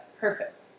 perfect